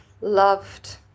loved